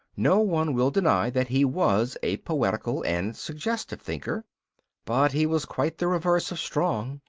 no one will deny that he was a poetical and suggestive thinker but he was quite the reverse of strong.